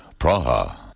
Praha